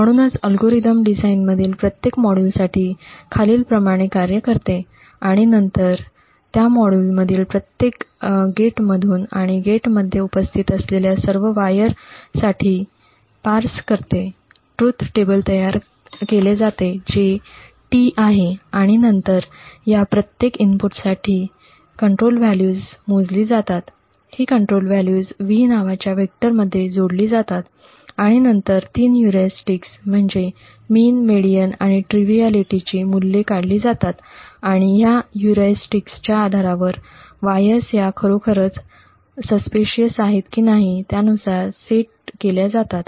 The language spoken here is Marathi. म्हणूनच अल्गोरिदम डिझाइनमधील प्रत्येक मॉड्यूलसाठी खालीलप्रमाणे कार्य करते आणि नंतर त्या मॉड्यूलमधील प्रत्येक गेटमधून आणि गेटमध्ये उपस्थित असलेल्या सर्व वायरसाठी विश्लेषित करते ट्रुथ टेबल तयार केले जाते जे T आहे आणि नंतर या प्रत्येक इनपुटसाठी नियंत्रण मूल्ये मोजली जातात ही नियंत्रण मूल्ये V नावाच्या वेक्टरमध्ये जोडली जातात आणि नंतर तीन ह्युरिस्टिक्स म्हणजेच मिन मेडिअन आणि triviality mean median and triviality ची मूल्ये काढली जातात आणि या ह्युरिस्टिक्सच्या आधारावर वायर्स ह्या खरोखरच संशयास्पद आहेत की नाही त्यानुसार सेट केल्या जातात